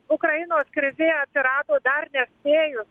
ukrainos krizė atsirado dar nespėjus